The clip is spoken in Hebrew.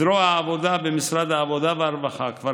זרוע העבודה במשרד העבודה והרווחה כבר